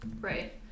Right